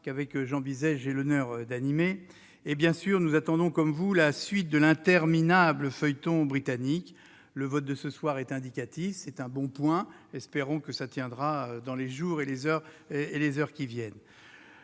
du Sénat, que j'ai l'honneur d'animer avec Jean Bizet, nous attendons, comme vous, la suite de l'interminable feuilleton britannique. Le vote de ce soir est indicatif ; c'est un bon point. Espérons que cette ligne tiendra dans les heures et les jours qui viennent.